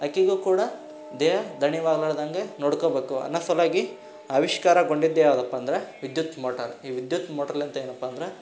ಆಕೆಗು ಕೂಡ ದೇಹ ದಣಿವು ಆಗಲಾರ್ದಂಗೆ ನೋಡ್ಕೊಬೇಕು ಅನ್ನೋ ಸಲುವಾಗಿ ಆವಿಷ್ಕಾರಗೊಂಡಿದ್ದು ಯಾವುದಪ್ಪ ಅಂದ್ರೆ ವಿದ್ಯುತ್ ಮೋಟಾರ್ ಈ ವಿದ್ಯುತ್ ಮೋಟ್ರ್ಲಿಂದ ಏನಪ್ಪ ಅಂದ್ರೆ